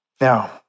Now